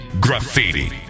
Graffiti